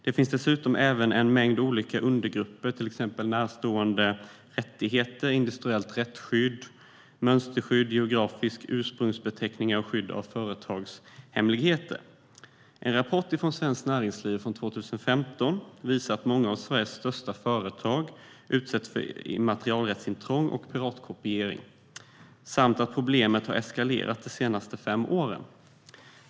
Det finns dessutom en mängd olika undergrupper, till exempel närstående rättigheter, industriellt rättsskydd, mönsterskydd, geografiska ursprungsbeteckningar och skydd av företagshemligheter. En rapport från Svenskt Näringsliv år 2015 visar att många av Sveriges största företag utsätts för immaterialrättsintrång och piratkopiering samt att problemet har eskalerat de senaste fem åren.